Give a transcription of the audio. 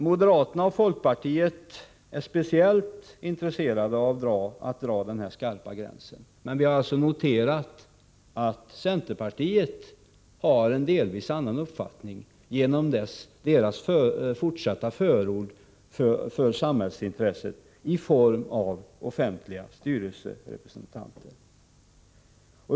Moderata samlingspartiet och folkpartiet är speciellt intresserade av att dra den här skarpa gränsen, men vi har alltså noterat att centerpartiet delvis har en annan uppfattning; centerpartiet fortsätter att förorda samhällsintresset i form av offentliga styrelserepresentanter.